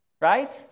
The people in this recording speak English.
right